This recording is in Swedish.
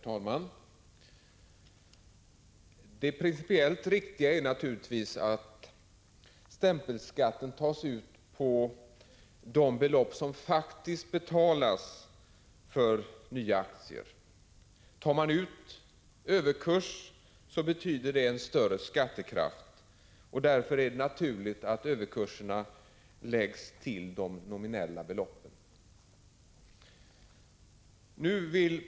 Herr talman! Det principiellt riktiga är naturligtvis att stämpelskatten tas ut på de belopp som faktiskt betalas för nya aktier. Överkurs ger större skattekraft, och därför är det naturligt att intäkten av överkursen läggs samman med de nominella beloppen vid beräkning av skatteunderlaget.